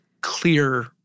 clear